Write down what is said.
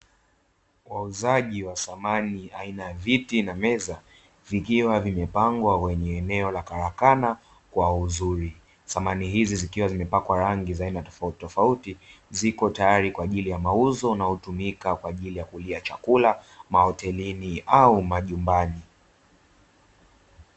Wauzaji wa samani aina ya viti na meza vikiwa vimepangwa kwenye eneo la karakana kwa uzuri. Samani hizi zikiwa zimepakwa rangi za aina tofautitofauti, ziko tayari kwa ajili ya mauzo na hutumika kwa ajili ya kulia chakula mahotelini au majumbani.